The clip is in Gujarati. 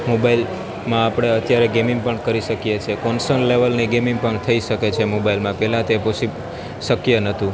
મોબાઇલમાં આપણે અત્યારે ગેમિંગ કરી શકીએ છીએ કોન્સોલ લેવલની ગેમિંગ પણ થઈ શકે છે મોબાઈલમાં પહેલા તે શક્ય નહોતું